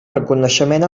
reconeixement